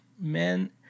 men